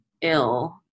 ill